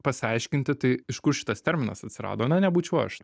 pasiaiškinti tai iš kur šitas terminas atsirado na nebūčiau aš